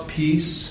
peace